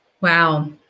Wow